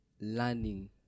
learning